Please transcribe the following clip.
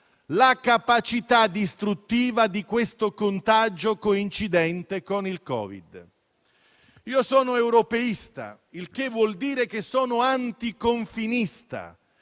la capacità distruttiva di questo contagio da Covid-19. Io sono europeista, il che vuol dire che sono "anticonfinista".